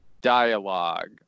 dialogue